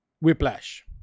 Whiplash